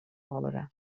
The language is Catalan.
obra